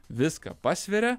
viską pasveria